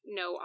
no